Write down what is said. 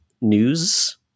news